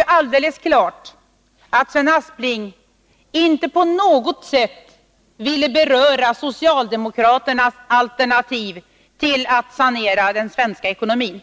är alldeles klart att Sven Aspling inte på något sätt ville beröra socialdemokraternas alternativ när det gäller att sanera den svenska ekonomin.